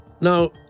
Now